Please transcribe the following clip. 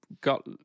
got